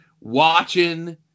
watching